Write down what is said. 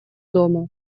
дома